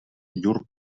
llur